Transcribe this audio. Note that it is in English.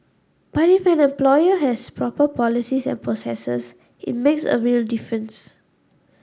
but if an employer has proper policies and processes it makes a real difference